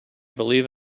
believe